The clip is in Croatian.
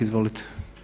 Izvolite.